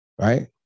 right